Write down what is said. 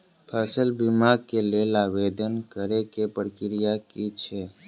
फसल बीमा केँ लेल आवेदन करै केँ प्रक्रिया की छै?